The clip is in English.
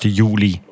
juli